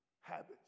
habits